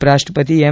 ઉપરાષ્ટ્રપતિ એમ